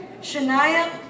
Shania